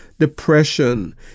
Depression